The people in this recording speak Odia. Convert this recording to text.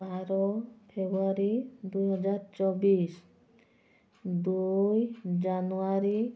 ବାର ଫେବୃୟାରୀ ଦୁଇହଜାର ଚବିଶି ଦୁଇ ଜାନୁଆରୀ